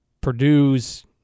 Purdue's –